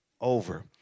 over